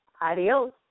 adios